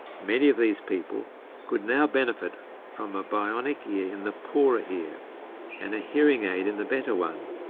many of these people could now benefit from a bionic ear in the poorer ear and a hearing aid in the better one.